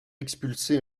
expulsé